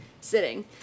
Sitting